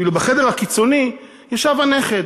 ואילו בחדר הקיצוני ישב הנכד.